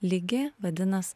lygi vadinas